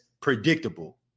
predictable